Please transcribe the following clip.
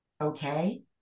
Okay